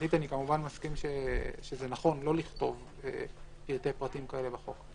משפטית אני כמובן מסכים שזה נכון לא לכתוב פרטי פרטים כאלה בחוק.